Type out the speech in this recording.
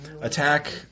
Attack